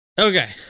Okay